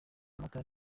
amata